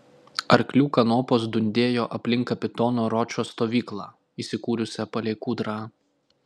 arklių kanopos dundėjo aplink kapitono ročo stovyklą įsikūrusią palei kūdrą